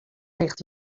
ticht